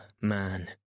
man